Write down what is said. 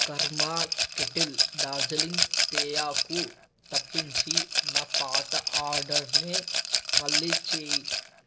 Kaaram Kettle Darjeeling తేయాకు తప్పించి నా పాత ఆర్డర్నే మళ్ళీ చేయి